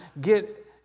get